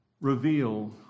reveal